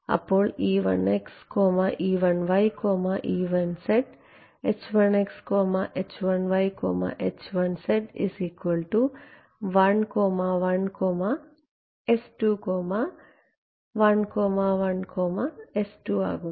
അപ്പോൾ ആകുന്നു